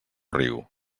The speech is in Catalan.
riu